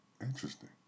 interesting